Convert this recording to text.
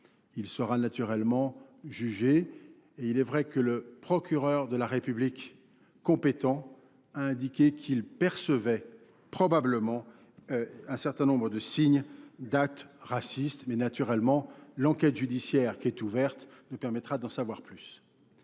Il sera naturellement jugé et il est vrai que le procureur de la République compétent a indiqué qu'il percevait probablement un certain nombre de signes d'actes racistes mais naturellement l'enquête judiciaire qui est ouverte nous permettra d'en savoir plus.